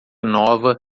nova